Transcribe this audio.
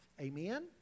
Amen